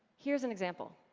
here's an example